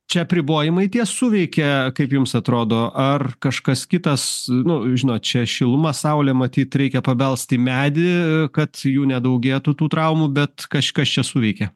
čia apribojimai tie suveikė kaip jums atrodo ar kažkas kitas nu žinot čia šiluma saulė matyt reikia pabelst į medį kad jų nedaugėtų tų traumų bet kažkas čia suveikė